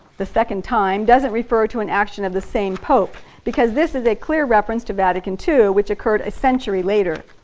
the second time doesn't refer to an action of the same pope because this is a clear reference to vatican ii which occurred a century later.